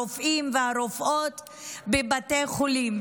הרופאים והרופאות בבתי חולים.